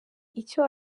icyo